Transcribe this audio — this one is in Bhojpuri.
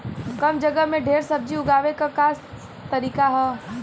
कम जगह में ढेर सब्जी उगावे क का तरीका ह?